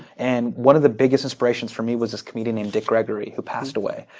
and one of the biggest inspirations for me was this comedian named dick gregory who passed away.